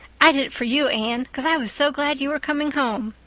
i did it for you, anne, cause i was so glad you were coming home.